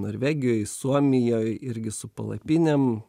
norvegijoj suomijoj irgi su palapinėm